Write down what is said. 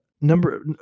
number